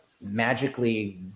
magically